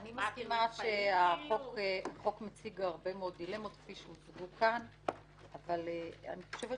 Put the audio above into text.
אני מסכימה שהחוק מציג הרבה מאוד דילמות כפי שהוצגו כאן אבל אני חושבת